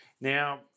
Now